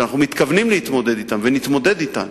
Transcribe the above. שאנחנו מתכוונים להתמודד אתן ונתמודד אתן,